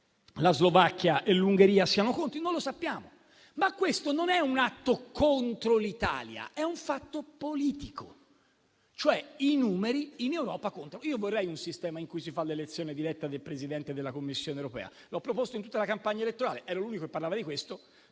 la Slovacchia e l'Ungheria siano contro. Non lo sappiamo, ma questo non è un atto contro l'Italia; è un fatto politico, cioè i numeri in Europa contano. Io vorrei un sistema in cui si fa l'elezione diretta del Presidente della Commissione europea. L'ho proposto in tutta la campagna elettorale ed ero l'unico che parlava di questo